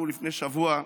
אנחנו לפני שבוע חשוב,